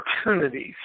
opportunities